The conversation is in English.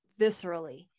viscerally